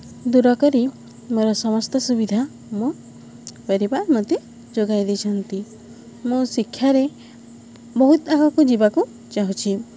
ଦୂର କରି ମୋର ସମସ୍ତ ସୁବିଧା ମୋ ପରିବାର ମୋତେ ଯୋଗାଇ ଦେଇଛନ୍ତି ମୁଁ ଶିକ୍ଷାରେ ବହୁତ ଆଗକୁ ଯିବାକୁ ଚାହୁଁଛି